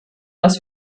dass